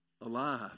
Alive